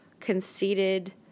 conceited